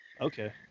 okay